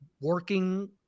working